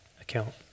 account